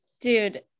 Dude